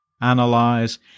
analyze